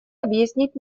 объяснить